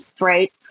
right